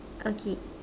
okay